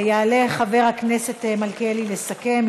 יעלה חבר הכנסת מיכאל מלכיאלי לסכם.